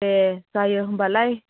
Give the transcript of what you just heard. दे जायो होम्बालाय